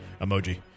emoji